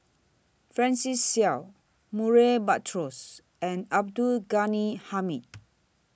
Francis Seow Murray Buttrose and Abdul Ghani Hamid